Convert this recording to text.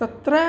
तत्र